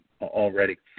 already